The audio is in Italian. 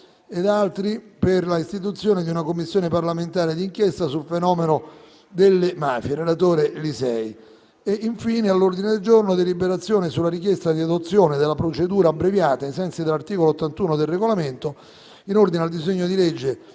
e connessi - Istituzione di una Commissione parlamentare di inchiesta sul fenomeno delle mafie